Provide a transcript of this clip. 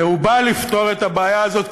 והוא בא לפתור את הבעיה הזאת,